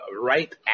right